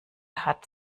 hat